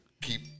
keep